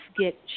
get